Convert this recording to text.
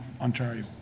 Ontario